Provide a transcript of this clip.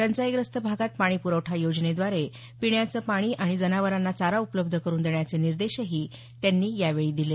टंचाईग्रस्त भागात पाणी प्रवठा योजनेद्वारे पिण्याचे पाणी आणि जनावरांना चारा उपलब्ध करुन देण्याचे निर्देशही त्यांनी यावेळी दिले